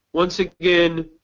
once again,